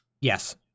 Yes